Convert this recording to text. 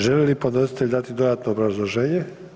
Želi li podnositelj dati dodatno obrazloženje?